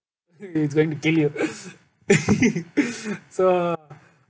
he's going to kill you so